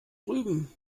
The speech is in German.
drüben